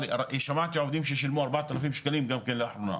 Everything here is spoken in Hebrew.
שמעתי עובדים ששילמו ארבעת אלפים שקלים גם כן ל- --.